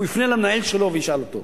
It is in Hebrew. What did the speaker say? הוא יפנה אל המנהל שלו וישאל אותו.